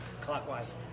clockwise